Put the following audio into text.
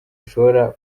bishobora